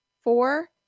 Four